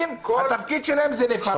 התפקיד שלהם זה לפרש את החוקים.